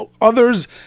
others